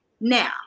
now